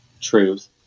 truth